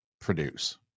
produce